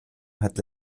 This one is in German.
hat